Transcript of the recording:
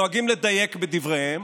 נוהגים לדייק בדבריהם,